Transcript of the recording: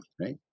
right